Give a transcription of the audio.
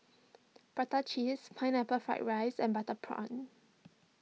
Prata Cheese Pineapple Fried Rice and Butter Prawn